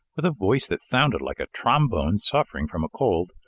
with a voice that sounded like a trombone suffering from a cold,